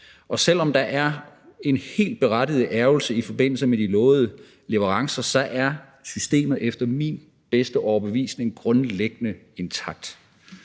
Selv om der er en helt berettiget ærgrelse i forbindelse med de lovede leverancer, er systemet efter min bedste overbevisning grundlæggende intakt.